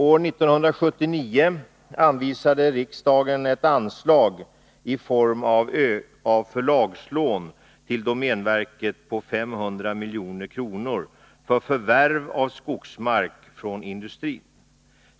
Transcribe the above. År 1979 anvisade riksdagen ett anslag i form av förlagslån till domänverket på 500 milj.kr. för förvärv av skogsmark från industrin.